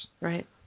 Right